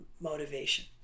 motivation